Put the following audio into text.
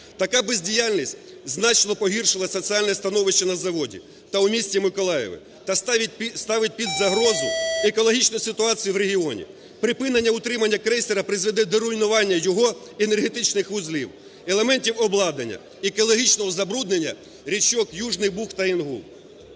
Така бездіяльність значно погіршила соціальне становище на заводі та в місті Миколаєві та ставить під загрозу екологічну ситуацію в регіоні. Припинення утримання крейсера призведе до руйнування його енергетичних вузлів, елементів обладнання, екологічного забруднення річок Южний Буг та Інгул.